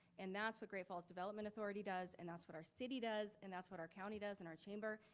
and that's what great falls development authority does and that's what our city does and that's what our county does and our chamber,